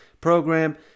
program